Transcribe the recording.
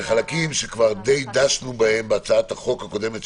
אלו חלקים שדשנו בהם בהצעת החוק הקודמת,